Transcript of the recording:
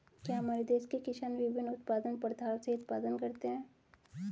क्या हमारे देश के किसान विभिन्न उत्पादन प्रथाओ से उत्पादन करते हैं?